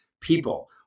people